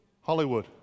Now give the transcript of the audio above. Hollywood